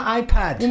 iPad